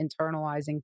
internalizing